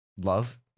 Love